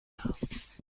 بدهم